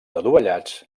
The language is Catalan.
adovellats